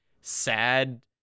sad